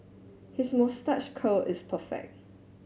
his moustache curl is perfect